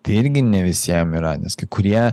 tai irgi ne visiem yra nes kai kurie